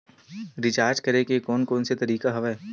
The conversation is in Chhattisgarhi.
रिचार्ज करे के कोन कोन से तरीका हवय?